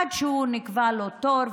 עד שנקבע לו תור,